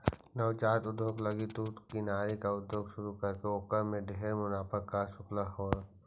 नवजात उद्योग लागी तु किनारी के उद्योग शुरू करके ओकर में ढेर मुनाफा कमा सकलहुं हे